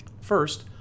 First